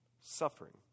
suffering